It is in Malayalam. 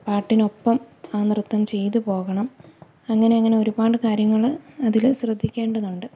പാട്ടിനൊപ്പം നൃത്തം ചെയ്തുപോകണം അങ്ങനെയങ്ങനെ ഒരുപാട് കാര്യങ്ങള് അതില് ശ്രദ്ധിക്കേണ്ടതുണ്ട്